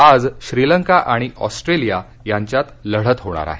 आज श्रीलंका आणि ऑस्ट्रेलिया यांच्यात लढत होणार आहे